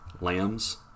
lambs